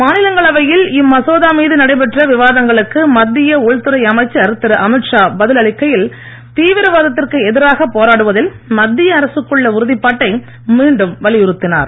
மாநிலங்களவையில் இம்மசோதா மீது நடைபெற்ற விவாதங்களுக்கு மத்திய உள்துறை அமைச்சர் திரு அமித் ஷா பதிலளிக்கையில் தீவிரவாதத்திற்கு எதிராக போராடுவதில் மத்திய அரசுக்குள்ள உறுதிப்பாட்டை மீண்டும் வலியுறுத்தினார்